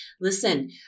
Listen